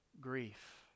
grief